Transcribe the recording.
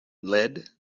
lead